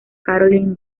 caroline